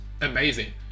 Amazing